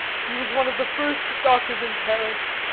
he was one of the first doctors in paris.